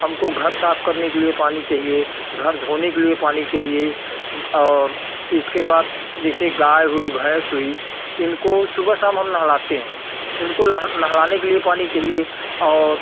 हमको घर साफ़ करने के लिए पानी चाहिए घर धोने के लिए पानी चाहिए और इसके बाद जैसे गाय हुई भैंस हुई इनको हम सुबह शाम नहलाते हैं इनको नहलाने के लिए पानी चाहिए और